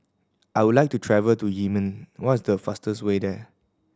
I would like to travel to Yemen what is the fastest way there